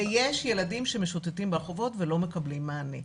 יש ילדים שמשוטטים ברחובות ולא מקבלים מענה.